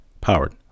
powered